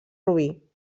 rubí